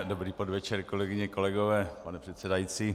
Dobrý podvečer, kolegyně, kolegové, pane předsedající.